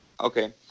Okay